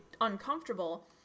uncomfortable